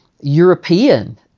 European